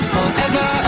Forever